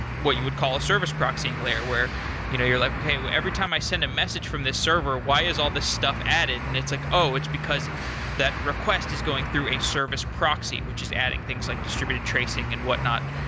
what you would call a service proxying layer, where you know you're like, okay. every time i send a message from this server, why is all these stuff added? and it's like, oh. it's because that request is going through a service proxy, which is adding things like distributed tracing and whatnot.